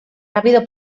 rápido